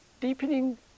Deepening